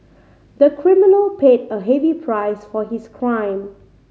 the criminal paid a heavy price for his crime